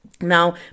Now